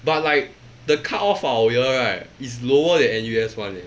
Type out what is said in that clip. but like the cut off for our year right is lower than N_U_S one eh